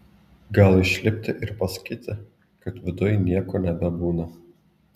gal išlipti ir pasakyti kad viduj nieko nebebūna